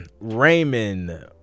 Raymond